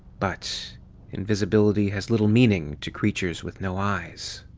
but invisibility has little meaning to creatures with no eyes.